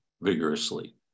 vigorously